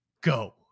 go